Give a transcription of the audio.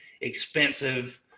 expensive